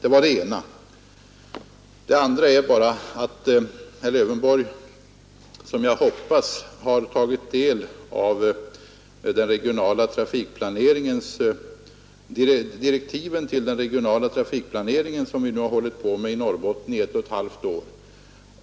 Vidare hoppas jag att herr Lövenborg har tagit del av direktiven till den regionala trafikplanering, som vi nu hållit på med i Norrbotten i ett och ett halvt år.